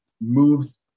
moves